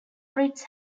fritz